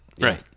right